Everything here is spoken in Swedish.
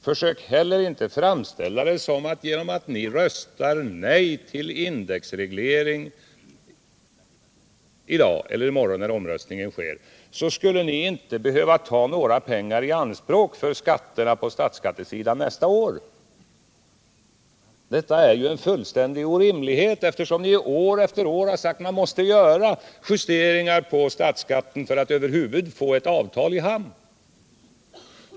Försök inte heller att framställa det så, att om ni i dag eller i morgon — när nu omröstningen kommer att ske — röstar emot indexregleringen, så skulle ni nästa år inte behöva ta några pengar i anspråk för en reglering av statsskatten! Detta är ju fullständigt orimligt, eftersom ni år efter år sagt att man måste göra justeringar av statsskatten för att över huvud taget få ett avtal i hamn.